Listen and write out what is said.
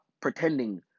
pretending